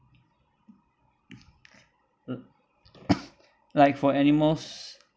like for animals